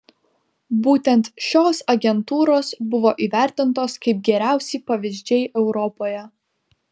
būtent šios agentūros buvo įvertintos kaip geriausi pavyzdžiai europoje